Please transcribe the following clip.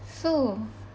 so